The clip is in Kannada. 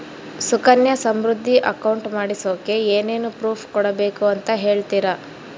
ಸುಕನ್ಯಾ ಸಮೃದ್ಧಿ ಅಕೌಂಟ್ ಮಾಡಿಸೋಕೆ ಏನೇನು ಪ್ರೂಫ್ ಕೊಡಬೇಕು ಅಂತ ಹೇಳ್ತೇರಾ?